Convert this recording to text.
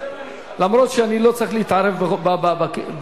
למרות שאני לא צריך להתערב בעניין,